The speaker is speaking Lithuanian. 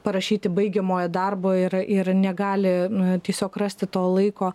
parašyti baigiamojo darbo ir ir negali tiesiog rasti to laiko